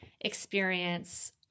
experience